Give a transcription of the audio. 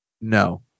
No